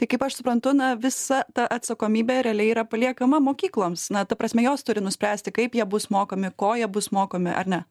tai kaip aš suprantu na visa ta atsakomybė realiai yra paliekama mokykloms na ta prasme jos turi nuspręsti kaip jie bus mokami ko jie bus mokomi ar ne